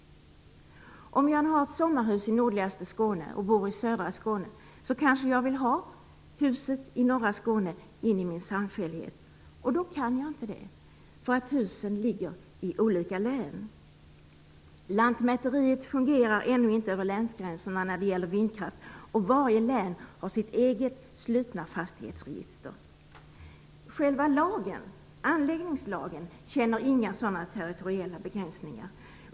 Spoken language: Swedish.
Om jag har ett sommarhus i nordligaste Skåne och bor i södra Skåne, kanske jag vill ha in huset i norra Skåne i min samfällighet. Då kan jag inte det, för husen ligger i olika län. Lantmäteriet fungerar ännu inte över länsgränserna när det gäller vindkraft, och varje län har sitt eget slutna fastighetsregister. Själva anläggningslagen känner inga sådana territoriella begränsningar.